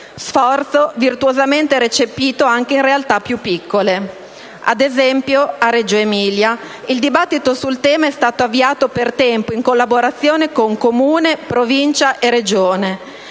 stato virtuosamente recepito anche in realtà più piccole: ad esempio, a Reggio Emilia il dibattito sul tema è stato avviato per tempo, in collaborazione con il Comune, la Provincia e la Regione,